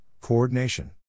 Coordination